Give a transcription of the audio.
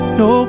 no